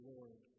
Lord